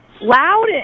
loud